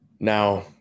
Now